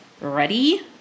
Ready